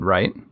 Right